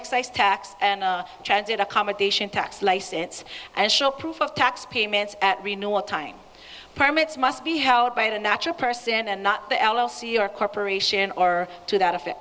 excise tax and transit accommodation tax license and show proof of tax payments at reno what time permits must be held by the natural person and not the l l c or corporation or to that effect